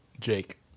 Jake